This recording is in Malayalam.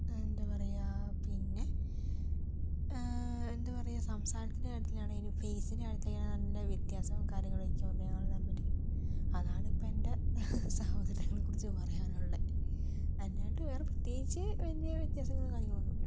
എന്താ പറയുക പിന്നെ എന്താ പറയുക സംസാരത്തിന്റെ കാര്യത്തിലാണെങ്കിലും ഫേസിന്റെ കാര്യത്തിലൊക്കെ ആണെങ്കിലും വ്യത്യാസം കാര്യങ്ങളൊക്കെ ഉണ്ട് ഞങ്ങൾ തമ്മിൽ അതാണിപ്പോൾ എന്റെ സഹോദരങ്ങളെ കുറിച്ച് പറയാനുള്ളത് അല്ലാണ്ട് വേറെ പ്രത്യേകിച്ച് വലിയ വ്യത്യാസങ്ങളോ കാര്യങ്ങളോ ഒന്നുമില്ല